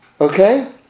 Okay